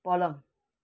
पलङ